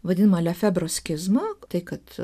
vadinamą lefebroskizmą tai kad